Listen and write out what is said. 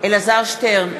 אלעזר שטרן,